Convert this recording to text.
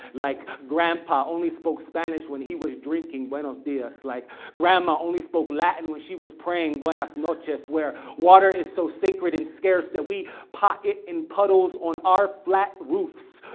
like grandpa only spoke spanish when he was drinking, buenos dias. like grandma only spoke latin when she was praying, buenas ah noches. where water is so sacred and scarce that we pot it in puddles on our flat roofs,